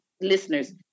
listeners